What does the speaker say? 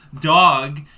dog